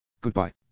Goodbye